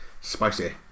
spicy